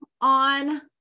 on